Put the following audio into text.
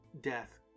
Death